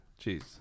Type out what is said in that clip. Jeez